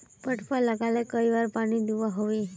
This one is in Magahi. पटवा लगाले कई बार पानी दुबा होबे?